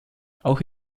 auch